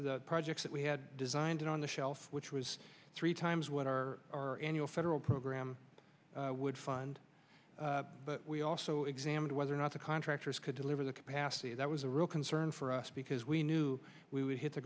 process projects that we had designed on the shelf which was three times what our our annual federal program would fund but we also examined whether or not the contractors could deliver the capacity that was a real concern for us because we knew we would hit the